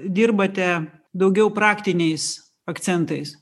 dirbate daugiau praktiniais akcentais